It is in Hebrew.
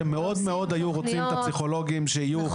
שהם מאוד-מאוד היו רוצים את הפסיכולוגים שיהיו.